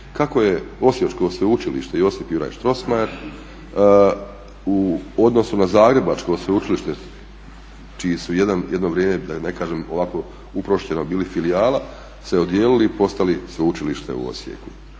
kako je osječko sveučilište Josip Juraj Strossmayer u odnosu na zagrebačko sveučilište čiji su jedno vrijeme da ne kažem ovako uprošćeno bili filijala se odijelili i postali sveučilište u Osijeku.